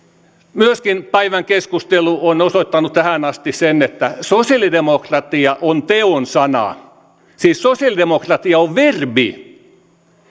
myöskin päivän keskustelu on osoittanut tähän asti sen että sosialidemokratia on teonsana siis sosialidemokratia on verbi